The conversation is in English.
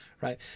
right